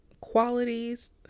qualities